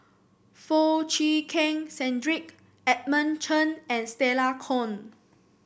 Foo Chee Keng Cedric Edmund Chen and Stella Kon